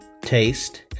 taste